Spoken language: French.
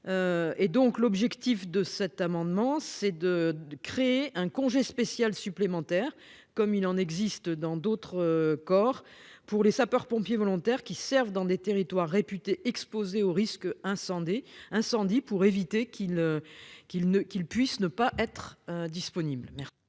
Et donc, l'objectif de cet amendement c'est de, de créer un congé spécial supplémentaire comme il en existe dans d'autres corps pour les sapeurs-pompiers volontaires qui servent dans les territoires réputé exposés au risque incendie incendies, pour éviter qu'il ne, qu'il ne, qu'il puisse ne pas être disponible.